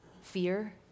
Fear